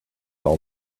all